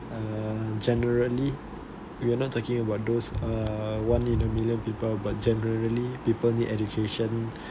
um generally we are not talking about those uh one in a million people but generally people need education